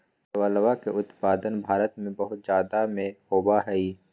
चावलवा के उत्पादन भारत में बहुत जादा में होबा हई